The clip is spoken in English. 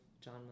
John